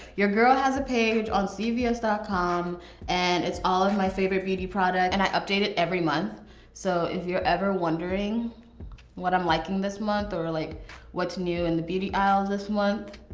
your girl has a page on so cvs dot com and it's all of my favorite beauty product, and i update it every month so if you're ever wondering what i'm liking this month or like what's new in the beauty aisles this month,